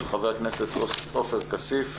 של חבר הכנסת עופר כסיף.